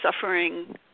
suffering